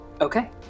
Okay